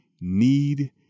Need